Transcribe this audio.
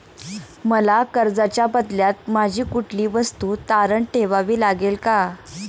मला कर्जाच्या बदल्यात माझी कुठली वस्तू तारण ठेवावी लागेल का?